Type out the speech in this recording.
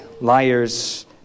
liars